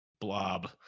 blob